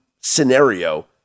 scenario